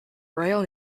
royal